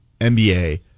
NBA